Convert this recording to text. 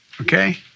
okay